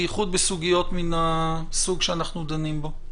בייחוד בסוגיות מן הסוג שאנחנו דנים בהן.